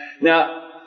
Now